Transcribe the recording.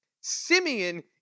Simeon